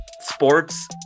sports